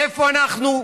איפה אנחנו?